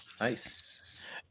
Nice